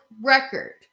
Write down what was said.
record